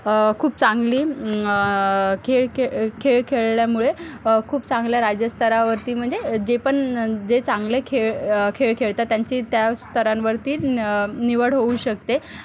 खूप चांगली खेळ खेळ खेळ खेळल्यामुळे खूप चांगल्या राज्यस्तरावरती म्हणजे जे पण जे चांगले खेळ खेळ खेळतात त्यांची त्या स्तरांवरती न निवड होऊ शकते